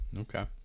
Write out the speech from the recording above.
Okay